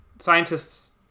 scientists